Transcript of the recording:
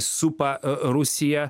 supa rusiją